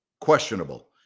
questionable